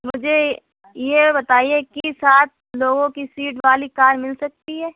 مجھے یہ بتائیے کہ سات لوگوں کی سیٹ والی کار مل سکتی ہے